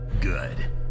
Good